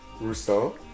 Rousseau